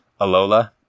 Alola